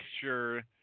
sure